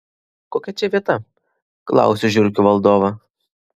kokia čia vieta klausiu žiurkių valdovą